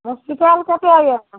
hospital कतए यऽ